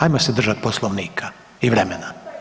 Ajmo se držat Poslovnika i vremena.